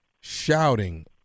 shouting